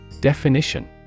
Definition